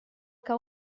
que